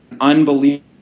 unbelievable